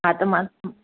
हा त मां